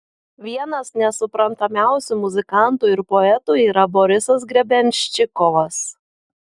vienas nesuprantamiausių muzikantų ir poetų yra borisas grebenščikovas